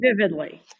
vividly